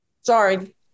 Sorry